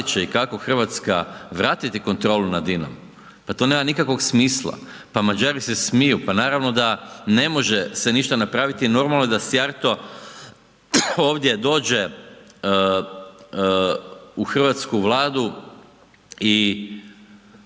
i kako RH vratiti kontrolu nad INA-om, pa to nema nikakvog smisla, pa Mađari se smiju, pa naravno da ne može se ništa napraviti, normalno je da Sijarto ovdje dođe u hrvatsku Vladu i